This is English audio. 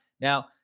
Now